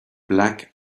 black